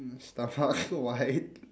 stomach wide